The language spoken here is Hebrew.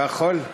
הוא לא יכול?